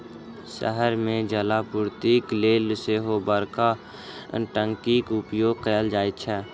शहर मे जलापूर्तिक लेल सेहो बड़का टंकीक उपयोग कयल जाइत छै